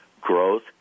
growth